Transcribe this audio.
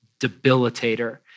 debilitator